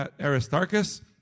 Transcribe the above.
Aristarchus